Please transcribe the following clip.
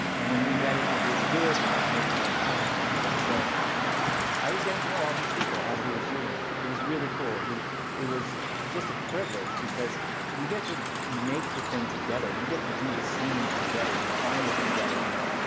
and when he read it and agreed to do it, it like made the movie happen and everything. so i was getting to know all these people as we were shooting. it was really cool. it was it was just a privilege, because you get to make the thing together. you get to do the scene together. you find it together. you know?